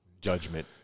judgment